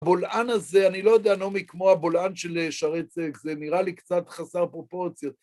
הבולען הזה, אני לא יודע נעמי, כמו הבולען של שרצח, זה נראה לי קצת חסר פרופורציות.